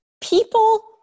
people